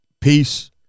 Peace